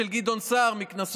אריה מכלוף